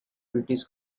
british